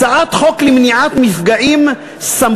אדוני שר החקלאות: הצעת חוק למניעת מפגעים (סמכות